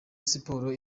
sports